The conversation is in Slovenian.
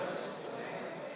Hvala.